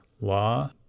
law